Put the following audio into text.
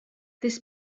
this